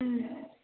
ம்